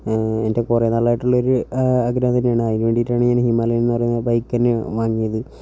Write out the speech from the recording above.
എൻ്റെ കുറേ നാളായിട്ടുള്ളൊരു ആഗ്രഹം തന്നെയാണ് അതിനുവേണ്ടിയിട്ടാണ് ഞാൻ ഹിമാലയൻ എന്നു പറയുന്ന ബൈക്കുതന്നെ വാങ്ങിയത്